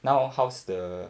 now orh how's the